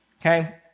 okay